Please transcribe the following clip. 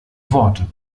worte